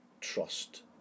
trust